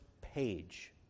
page